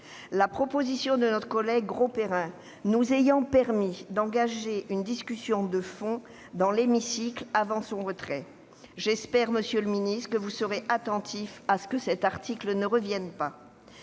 l'amendement de notre collègue Grosperrin nous ayant permis d'engager une discussion de fond dans l'hémicycle, avant son retrait. J'espère, monsieur le ministre, que vous veillerez à ce que cet article ne revienne pas.